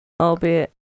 albeit